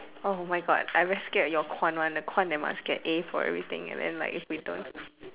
oh my god I very scared your 款 [one] the 款 that must get A for everything and then like if you don't